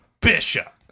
bishop